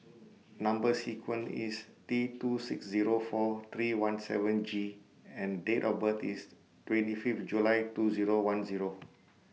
Number sequence IS T two six Zero four three one seven G and Date of birth IS twenty Fifth July two Zero one Zero